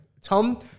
Tom